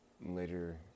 later